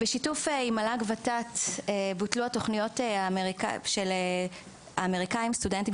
בשיתוף מל"ג-ות"ת בוטלו התכניות האמריקאיות של סטודנטים